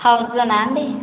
house లోనా అండి